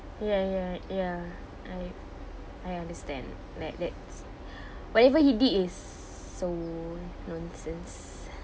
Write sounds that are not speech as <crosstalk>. ya ya ya I I understand like that's <breath> whatever he did is so nonsense